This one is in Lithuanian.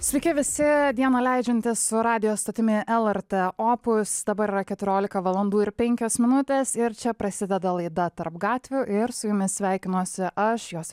sveiki visi dieną leidžiantys su radijo stotimi lrt opus dabar yra keturiolika valandų ir penkios minutės ir čia prasideda laida tarp gatvių ir su jumis sveikinuosi aš jos